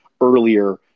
Earlier